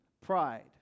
Pride